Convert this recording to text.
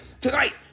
tonight